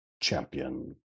champion